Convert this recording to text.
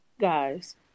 Guys